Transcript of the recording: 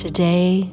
Today